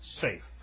safe